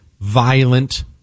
violent